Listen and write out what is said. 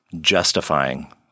justifying